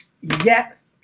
Yes